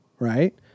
Right